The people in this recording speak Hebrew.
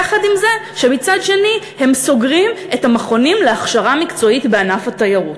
יחד עם זה שמצד שני הם סוגרים את המכונים להכשרה מקצועית באגף התיירות.